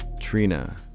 Trina